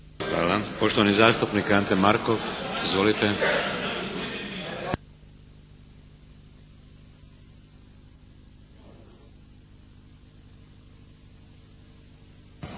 Hvala. Poštovani zastupnik Ante Markov. Izvolite.